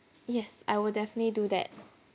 yes I will definitely do that